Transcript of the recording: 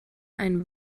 ein